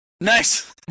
Nice